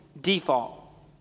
default